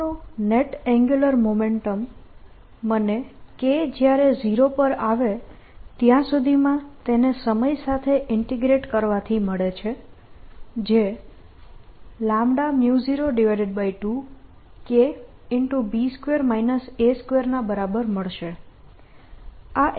સિસ્ટમનું net angular momentum મને K જ્યારે 0 પર આવે ત્યાં સુધીમાં તેને સમય સાથે ઇન્ટીગ્રેટ કરવાથી મળે છે જે 02K ના બરાબર મળશે